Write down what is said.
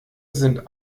sind